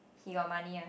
he got money ah